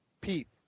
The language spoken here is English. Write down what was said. Pete